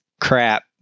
crap